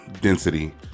density